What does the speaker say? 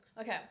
Okay